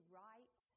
right